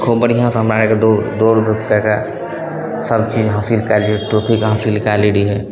खूब बढ़िआँसे हमरा एगो दौड़ दौड़धूप कै के सबचीज हासिल कै लै रहिए ट्रॉफीके हासिल कै लै रहिए